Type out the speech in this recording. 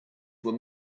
were